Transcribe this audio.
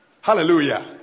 Hallelujah